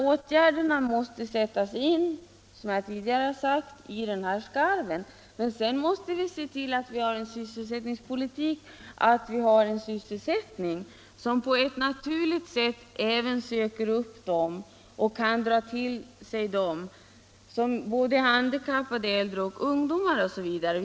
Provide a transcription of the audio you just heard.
Åtgärderna måste sättas in, som jag tidigare sagt, i skarven mellan utbildning och arbete. Sedan måste vi också se till att vi har en arbetsmarknad som på ett naturligt sätt kan dra till sig handikappade, äldre, ungdomar och andra kategorier.